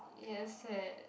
yes sad